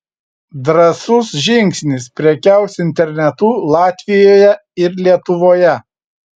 drąsus žingsnis prekiaus internetu latvijoje ir lietuvoje